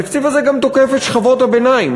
התקציב הזה גם תוקף את שכבות ביניים,